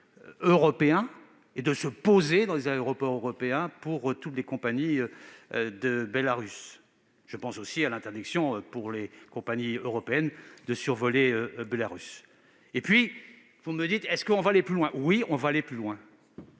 européen et de se poser dans les aéroports européens pour toutes les compagnies du Bélarus. Je pense aussi à l'interdiction, pour les compagnies européennes, de survoler le Bélarus. Vous me demandez si l'on va aller plus loin. La réponse est « oui ».